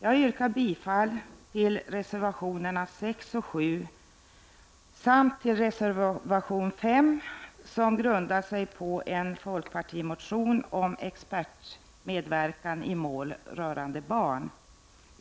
Jag yrkar bifall till reservationerna 6 och 7 samt till reservation 5 som grundas på en folkpartimotion om expertmedverkan i mål rörande barn.